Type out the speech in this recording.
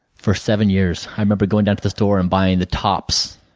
for seven years. i remember going down to the store and buying the tops.